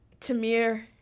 tamir